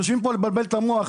יושבים פה לבלבל את המוח,